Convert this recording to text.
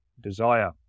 desire